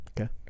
Okay